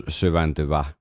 syventyvä